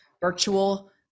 virtual